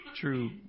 true